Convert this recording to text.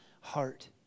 heart